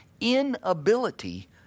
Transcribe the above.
inability